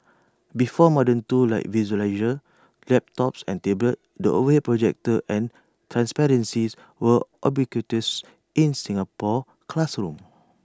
before modern tools like visualisers laptops and tablets the overhead projector and transparencies were ubiquitous in Singapore classrooms